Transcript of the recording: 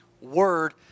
word